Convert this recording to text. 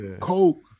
Coke